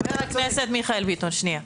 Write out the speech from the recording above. רגע, חבר הכנסת מיכאל ביטון, שנייה.